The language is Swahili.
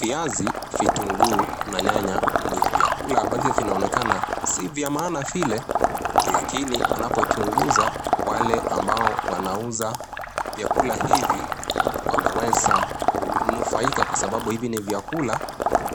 Viazi, vitungu na nyanya ni vyakula ambavyo vinaonekana si vya maana vile lakini wanapochunguza wale ambao wanauza vyakula hivi, wameweza kunufaika kwa sababu hivi vyakula